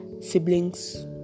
Siblings